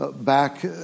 back